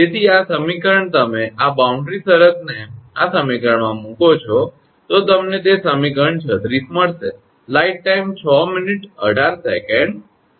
તેથી આ સમીકરણ તમે આ બાઉન્ડ્રી શરતને આ સમીકરણમાં મુકો છો તો તમને તે સમીકરણ 36 મળશે